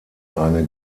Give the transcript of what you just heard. eine